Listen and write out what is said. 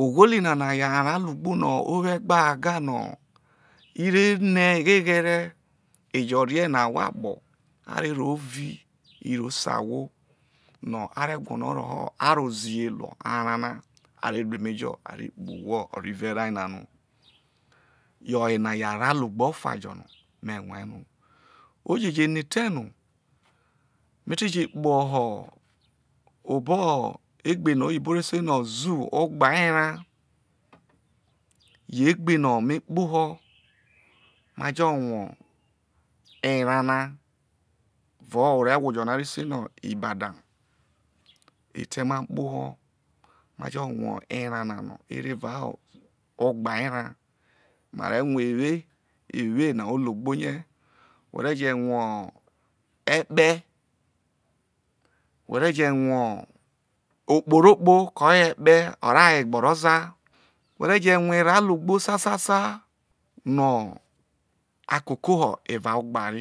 Ogholi nana yo̠ arao ologbo no̠ o wo egba gaga no̠ ire no egheghere ejo̠ ne no ahwo akpo̠ a re rovi ro se ahwo no̠ a re gwolo roho arozihe ruo̠ araona areru emejo̠ a re kpe ohwo ovive ne na no yo oyenayo̠ ara o ologbo gbe o̠fa jo̠ no̠ me̠rue̠ oji je no etee no me teje kpoho̠ obo̠ ogbe no oyi bore seno̠ zoo ogba era o yo̠ egbe no̠ me kpoho̠ majo̠ rue̠ eraona evao orewhono̠ a re seno̠ ibadan etee ma kpoho̠ ma jo̠ rue̠ erao nano̠ e rro̠ evao ogba erao ma re̠ rue̠ ewe, ewena ologbo rie̠, whe̠ re̠ je̠ rue̠ e̠kpe̠ whe̠ ree̠ je̠ rue̠ okporokpo oye̠ ekpe o̠ro̠ aye gbe o̠ro̠ ozae whe̠ re̠ je̠ rue̠ erao ilogbo sasasa no̠ a kokoho evao ogba na